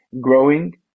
growing